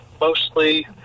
mostly